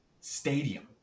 Stadium